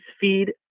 feed